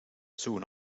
soon